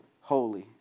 holy